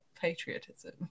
patriotism